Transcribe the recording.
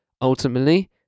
Ultimately